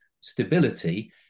stability